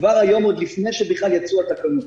כבר היום עוד לפני שבכלל יצאו התקנות.